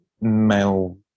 male